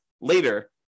later